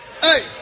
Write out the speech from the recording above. Hey